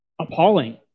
appalling